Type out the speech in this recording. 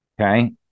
Okay